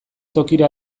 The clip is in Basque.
tokira